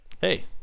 Hey